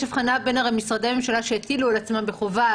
יש הבחנה בין משרדי הממשלה שהחילו על עצמם את החובה,